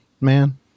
Man